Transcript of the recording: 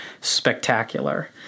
spectacular